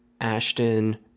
Ashton